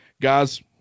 guys